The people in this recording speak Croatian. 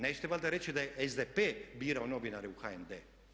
Nećete valjda reći da je SDP birao novinare u HND.